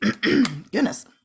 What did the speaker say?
goodness